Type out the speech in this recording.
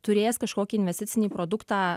turės kažkokį investicinį produktą